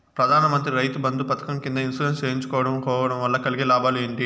ప్రధాన మంత్రి రైతు బంధు పథకం కింద ఇన్సూరెన్సు చేయించుకోవడం కోవడం వల్ల కలిగే లాభాలు ఏంటి?